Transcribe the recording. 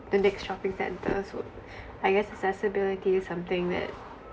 the next shopping centre so I guess accessibility is something that